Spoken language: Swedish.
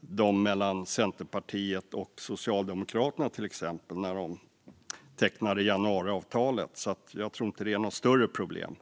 dem mellan Centerpartiet och Socialdemokraterna, till exempel när de tecknade januariavtalet, så jag tror inte att detta är något större problem.